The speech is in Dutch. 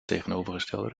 tegenovergestelde